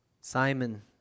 Simon